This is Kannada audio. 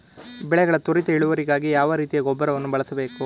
ಬೆಳೆಗಳ ತ್ವರಿತ ಇಳುವರಿಗಾಗಿ ಯಾವ ರೀತಿಯ ಗೊಬ್ಬರವನ್ನು ಬಳಸಬೇಕು?